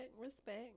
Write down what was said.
respect